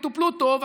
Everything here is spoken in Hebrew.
וטופלו טוב,